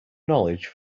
knowledge